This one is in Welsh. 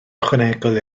ychwanegol